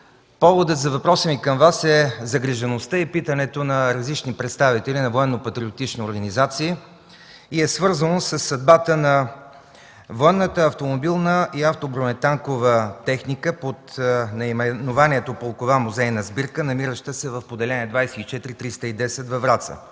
Поводът за въпроса ми към Вас е загрижеността и питането на различни представители на военно-патриотични организации и е свързано със съдбата на военната автомобилна и автобронетанкова техника под наименованието „Полкова музейна сбирка”, намираща се в поделение 24310 във Враца.